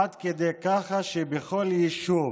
עד כדי כך שבכל יישוב,